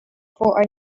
for